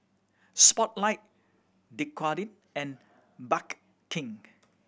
Spotlight Dequadin and Bake King